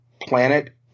planet